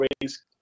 raise